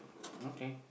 okay